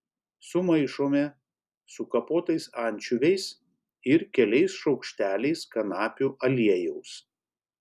sumaišome su kapotais ančiuviais ir keliais šaukšteliais kanapių aliejaus